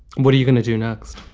what are you going to do next?